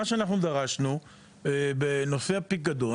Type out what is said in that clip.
מה שאנחנו דרשנו בנושא הפיקדון,